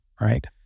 right